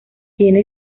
tiene